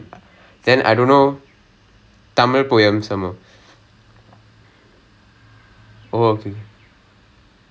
eh I can I I am tied I am tied with this பத்திரிக்கை ஆளு:pathirikai aalu so if you want if you want contacts